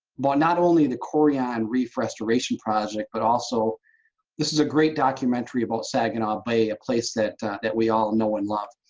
but not only the coreyon reef restoration project, but also this is a great documentary about saginaw bay, a place that that we all know and love.